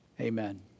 amen